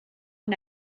and